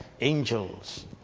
angels